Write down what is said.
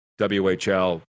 WHL